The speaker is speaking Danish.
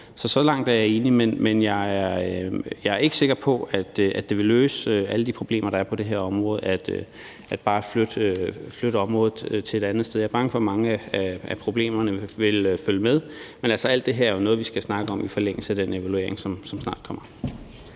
så langt er jeg enig, men jeg er ikke sikker på, at det vil løse alle de problemer, der er på det her område, hvis bare man flytter området til et andet sted. Jeg er bange for, at mange af problemerne vil følge med. Men alt det er jo noget, vi skal snakke om i forlængelse af den evaluering, som snart kommer.